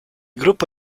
gruppo